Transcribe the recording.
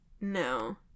No